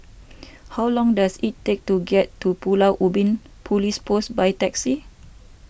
how long does it take to get to Pulau Ubin Police Post by taxi